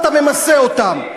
ואז אתה ממסה אותם,